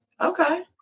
Okay